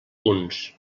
punts